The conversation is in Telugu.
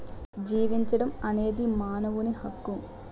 జీవించడం అనేది మానవుని హక్కు